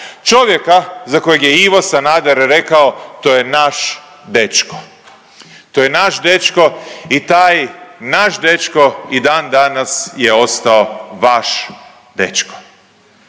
Čovjeka za kojeg je Ivo Sanader rekao to je naš dečko, to je naš dečko i taj naš dečko i dan danas je ostao vaš dečko.